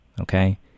okay